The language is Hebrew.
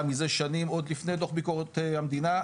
מזה שנים עוד לפני דוח ביקורת המדינה.